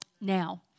Now